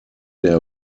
der